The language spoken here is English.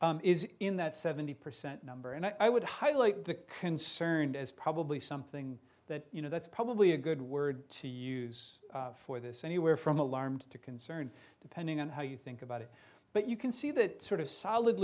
is in that seventy percent number and i would highlight the concerned as probably something that you know that's probably a good word to use for this anywhere from alarmed to concern depending on how you think about it but you can see that sort of solid